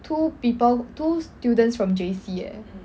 two people two students from J_C eh